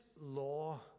law